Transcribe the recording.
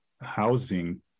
housing